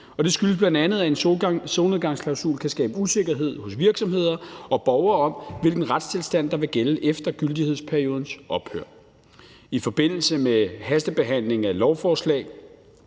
det skyldes bl.a., at en solnedgangsklausul kan skabe usikkerhed hos virksomheder og borgere om, hvilken retstilstand der vil gælde efter gyldighedsperiodens ophør. I forbindelse med hastebehandling af lovforslag